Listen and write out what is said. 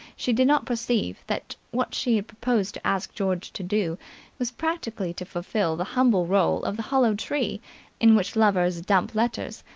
she did not perceive that what she proposed to ask george to do was practically to fulfil the humble role of the hollow tree in which lovers dump letters,